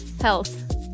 health